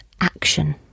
action